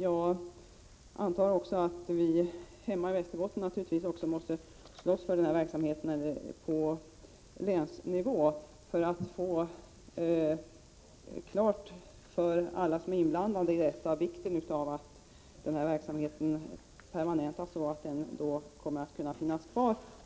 Jag inser att vi även hemma i Västerbotten på länsnivå måste slåss för denna verksamhet och göra klart för alla inblandade att det är viktigt att verksamheten permanentas